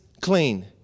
clean